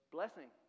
Blessing